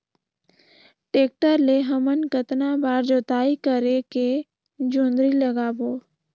Tractor ले हमन कतना बार जोताई करेके जोंदरी लगाबो?